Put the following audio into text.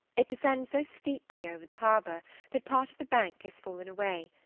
it descends so steeply over the harbour that part of the bank has fallen away,